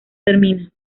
termina